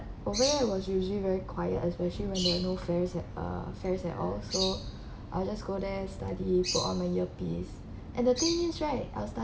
oh where I was usually very quiet especially when there are not frie~ at uh friends at all so I'll just go there study put on my earpiece and the thing is right I'll study